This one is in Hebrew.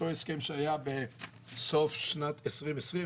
אותו הסכם שהיה בסוף שנת 2020,